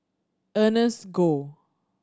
Ernest Goh